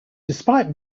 despite